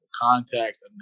contacts